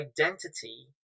identity